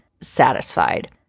satisfied